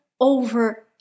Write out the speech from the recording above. over